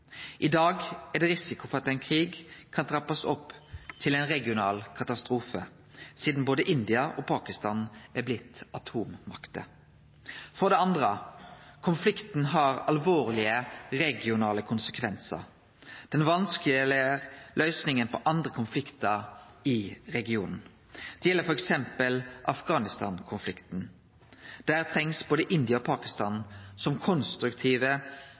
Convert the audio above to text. I dag er det risiko for at ein krig kan trappast opp til ein regional katastrofe, sidan både India og Pakistan har blitt atommakter. For det andre: Konflikten har alvorlege regionale konsekvensar. Han gjer løysinga på andre konfliktar i regionen vanskeleg. Det gjeld f.eks. Afghanistan-konflikten. Der trengst både India og Pakistan som konstruktive